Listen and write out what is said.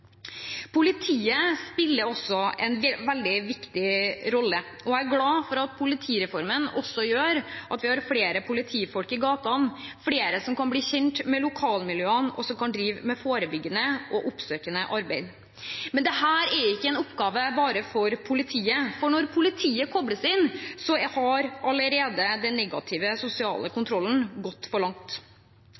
Politiet spiller også en veldig viktig rolle. Jeg er glad for at politireformen også gjør at vi har flere politifolk i gatene, flere som kan bli kjent med lokalmiljøene, og som kan drive med forebyggende og oppsøkende arbeid. Men dette er ikke en oppgave bare for politiet. Når politiet kobles inn, har allerede den negative sosiale kontrollen gått for langt.